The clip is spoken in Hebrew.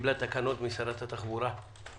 קיבלה תקנות משרת התחבורה,